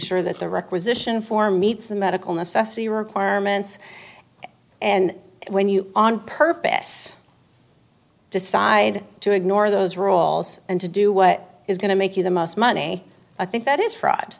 sure that the requisition form meets the medical necessity requirements and when you on purpose decide to ignore those roles and to do what is going to make you the most money i think that is fraud